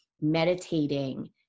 meditating